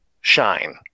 shine